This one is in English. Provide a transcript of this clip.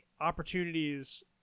opportunities